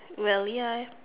well ya